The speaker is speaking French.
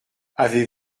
avez